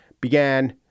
began